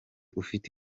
ufite